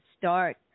start